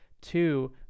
Two